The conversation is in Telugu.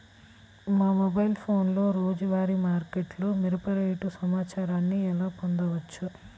మా మొబైల్ ఫోన్లలో రోజువారీ మార్కెట్లో మిరప రేటు సమాచారాన్ని ఎలా పొందవచ్చు?